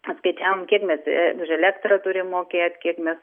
paskaičiavom kiek mes už elektrą turim mokėt kiek mes